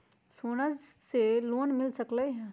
सोना से लोन मिल सकलई ह?